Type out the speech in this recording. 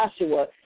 Joshua